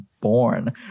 born